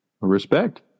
respect